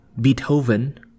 Beethoven